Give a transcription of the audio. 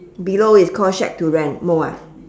below it's call shack to rent mou ah